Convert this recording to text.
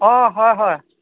অ' হয় হয়